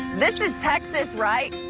this is texas, right?